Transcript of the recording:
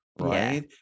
Right